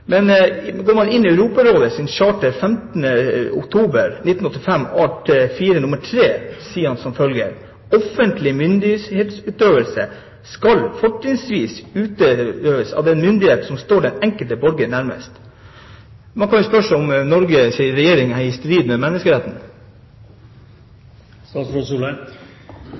charter av 15. oktober 1985 art. 4 nr. 3, sier det følgende: «Offentlig myndighetsutøvelse skal fortrinnsvis utøves av den myndighet som står den enkelte borger nærmest.» Man kan spørre seg om Norges regjering her er i strid med